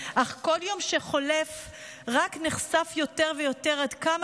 אך בכל יום שחולף נחשף רק יותר ויותר עד כמה